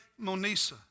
Monisa